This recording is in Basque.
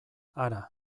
hara